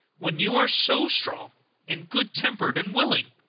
when you are so strong and good-tempered and willing?